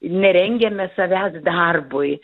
nerengiame savęs darbui